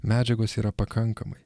medžiagos yra pakankamai